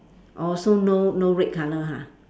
orh so no no red colour ha